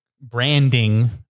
branding